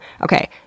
okay